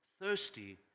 thirsty